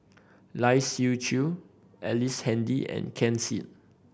Lai Siu Chiu Ellice Handy and Ken Seet